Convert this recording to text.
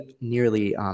nearly